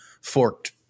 forked